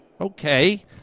Okay